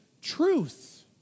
truth